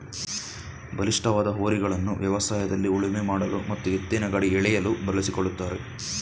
ಬಲಿಷ್ಠವಾದ ಹೋರಿಗಳನ್ನು ವ್ಯವಸಾಯದಲ್ಲಿ ಉಳುಮೆ ಮಾಡಲು ಮತ್ತು ಎತ್ತಿನಗಾಡಿ ಎಳೆಯಲು ಬಳಸಿಕೊಳ್ಳುತ್ತಾರೆ